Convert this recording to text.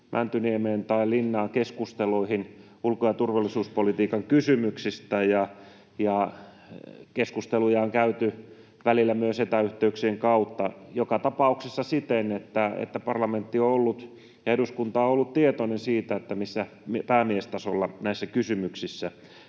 Mäntyniemeen tai Linnaan keskusteluihin ulko- ja turvallisuuspolitiikan kysymyksistä, ja keskusteluja on käyty välillä myös etäyhteyksien kautta — joka tapauksessa siten, että parlamentti, eduskunta, on ollut tietoinen siitä, missä näissä kysymyksissä